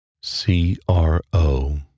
C-R-O